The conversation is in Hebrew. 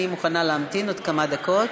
אני מוכנה להמתין עוד כמה דקות.